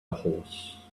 horse